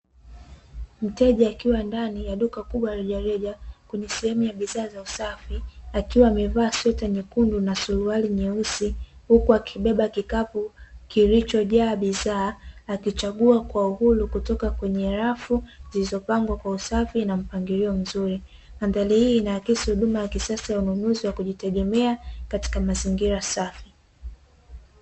Mteja akiwa ndani ya duka kubwa la rejareja kwenye sehemu ya bidhaa za usafi akiwa amevaa sweta nyekundu na suruari nyeusi huku akibeba kikapu kilicho jaa bidhaa akichagua kwa uhuru kutoka kwenye rafu zilizo pangwa kwa usafi na mpangilio mzuri, Mandhali hii inaakisi huduma ya kisasa ya ununuzi wakujitegemea katika mazingira safi.